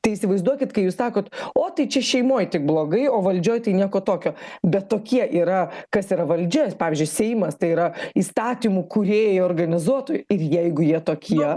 tai įsivaizduokit kai jūs sakot o tai čia šeimoj tik blogai o valdžioj tai nieko tokio bet tokie yra kas yra valdžia pavyzdžiui seimas tai yra įstatymų kūrėjai organizuotojai ir jeigu jie tokie